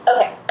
okay